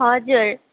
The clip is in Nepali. हजुर